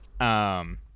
um-